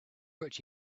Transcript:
what